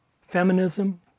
feminism